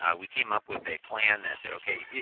ah we came up with a plan that said, okay,